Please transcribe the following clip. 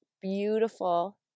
beautiful